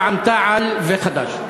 רע"ם-תע"ל וחד"ש.